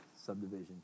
subdivision